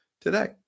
today